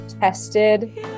tested